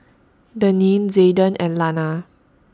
Deneen Zayden and Lana